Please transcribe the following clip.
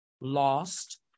lost